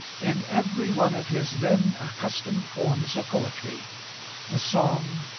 in every one of his then accustomed forms of poetry the song,